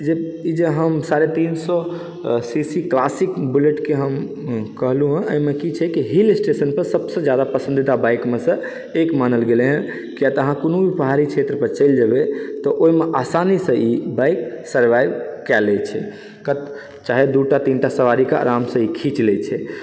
ई जे हम साढ़े तीन सए सी सी क्लासिक बुलेटके हम कहलहुँ हँ एहिमे की छै कि हिल स्टेशनपर सबसँ जादा पसन्दीदा बाइकमे सँ एक मानल गेलै हँ किया तऽ अहाँ कोनो भी पहाड़ी क्षेत्रपर चलि जेबै तऽ ओहिमे आसानीसँ ई बाइक सरवाइव कए लैत छै चाहे दू टा तीन टा सवारीकेँ ई आरामसँ खीचि लैत छै